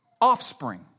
offspring